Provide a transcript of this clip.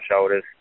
shoulders